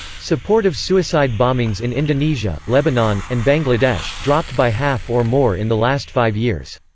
support of suicide bombings in indonesia, lebanon, and bangladesh, dropped by half or more in the last five years.